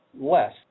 less